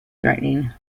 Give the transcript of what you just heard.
threatening